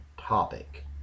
topic